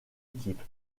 équipe